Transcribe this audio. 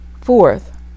Fourth